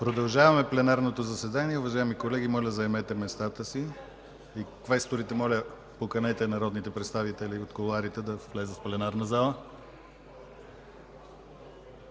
Продължаваме пленарното заседание. Уважаеми колеги, моля заемете местата си. Квесторите, моля, поканете народните представители от кулоарите да влязат в пленарната зала.